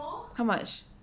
how much